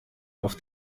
auf